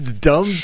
dumb